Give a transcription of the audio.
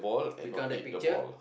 we count that picture